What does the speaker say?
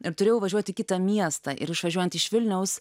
ir turėjau važiuot į kitą miestą ir išvažiuojant iš vilniaus